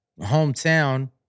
hometown